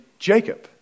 Jacob